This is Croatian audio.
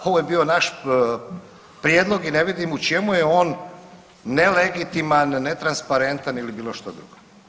Ovo je bio naš prijedlog i ne vidim u čemu je on nelegitiman, netransparentan ili bilo što drugo.